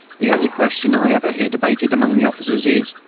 the only question i ever hear debated among the officers is,